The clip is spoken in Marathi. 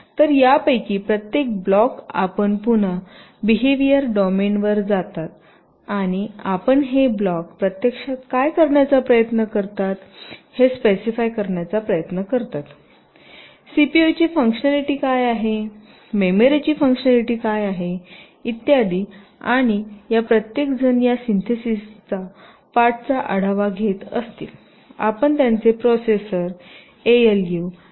तर यापैकी प्रत्येक ब्लॉक आपण पुन्हा बीहेवियर डोमेनवर जाता आणि आपण हे ब्लॉक प्रत्यक्षात काय करण्याचा प्रयत्न करतात हे स्पेसिफाय करण्याचा प्रयत्न करतात सीपीयूची फ़ंक्शनॅलिटी काय आहे मेमरीची फ़ंक्शनॅलिटी काय आहे इत्यादी आणि या प्रत्येकजण या सिन्थेसिसचा या पार्टचा आढावा घेत असतील आपण त्यांचे प्रोसेसर एएलयू रजिस्टर इ